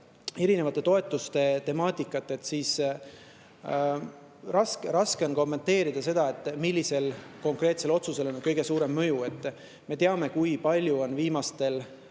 erinevate toetuste temaatikat, siis raske on kommenteerida, millisel otsusel on kõige suurem mõju. Me teame, kui palju on viimastel